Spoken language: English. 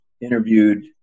interviewed